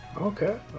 Okay